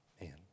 Man